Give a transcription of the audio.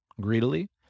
Greedily